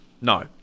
No